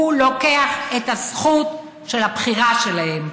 הוא לוקח את הזכות של הבחירה שלהם.